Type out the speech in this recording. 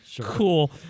Cool